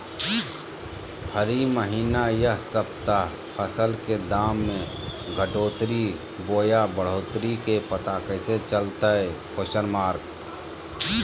हरी महीना यह सप्ताह फसल के दाम में घटोतरी बोया बढ़ोतरी के पता कैसे चलतय?